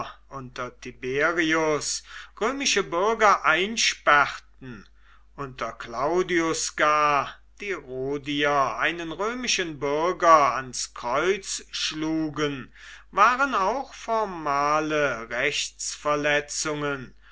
tiberius römische bürger einsperrten unter claudius gar die rhodier einen römischen bürger ans kreuz schlugen waren auch formale